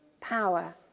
power